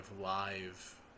Live